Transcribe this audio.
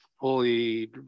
fully